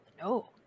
No